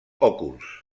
òculs